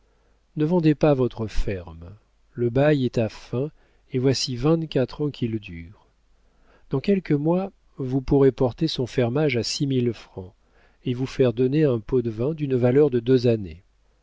ne vendez pas votre ferme le bail est à fin et voici vingt-quatre ans qu'il dure dans quelques mois vous pourrez porter son fermage à six mille francs et vous faire donner un pot de vin d'une valeur de deux années